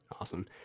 awesome